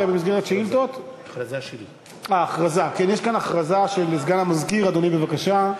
הכרזה של סגן המזכיר, אדוני, בבקשה.